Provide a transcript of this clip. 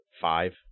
Five